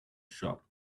shop